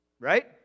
Right